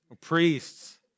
priests